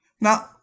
now